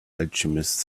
alchemist